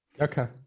Okay